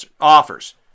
offers